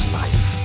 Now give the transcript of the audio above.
life